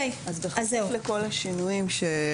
אז בכפוף לכל השינויים שנאמרו פה.